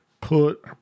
Put